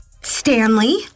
Stanley